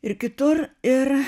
ir kitur ir